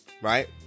Right